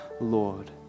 Lord